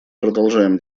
продолжаем